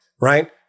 right